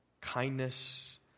kindness